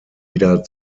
wieder